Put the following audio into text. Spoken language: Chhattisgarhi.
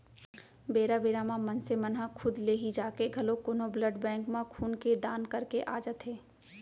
बेरा बेरा म मनसे मन ह खुद ले ही जाके घलोक कोनो ब्लड बेंक म खून के दान करके आ जाथे